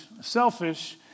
Selfish